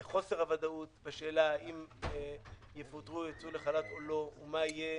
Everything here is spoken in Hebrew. חוסר הוודאות בשאלה האם יוצאו לחל"ת או יפוטרו או לא או מה יהיה